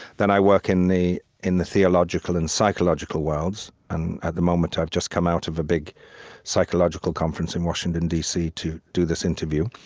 then i work in the in the theological and psychological worlds. and at the moment, i've just come out of a big psychological conference in washington, d c. to do this interview.